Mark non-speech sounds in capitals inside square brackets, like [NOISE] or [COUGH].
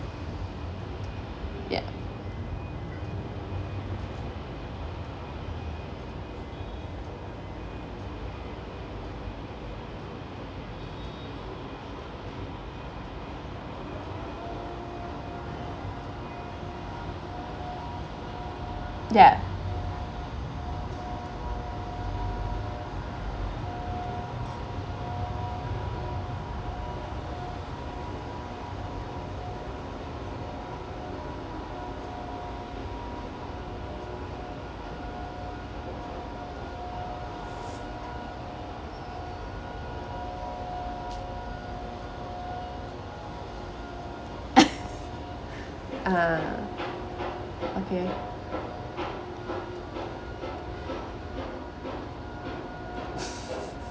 ya ya [LAUGHS] uh okay [LAUGHS]